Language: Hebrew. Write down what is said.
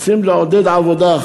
רוצים לעודד עבודה.